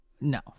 no